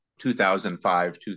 2005